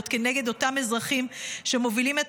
ועוד כנגד אותם אזרחים שמובילים את